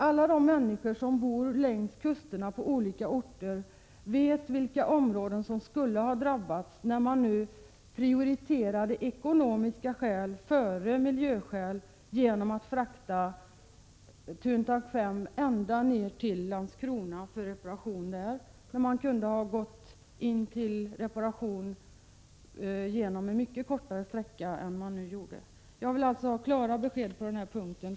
Alla de människor som bor på olika orter längs kusterna vet vilka områden som skulle ha drabbats, när man nu prioriterade ekonomiska skäl före miljöskäl genom att frakta Thuntank 5 ända ner till Landskrona för reparation. Man kunde ha gått en mycket kortare sträcka. Jag vill alltså ha klara besked på den här punkten.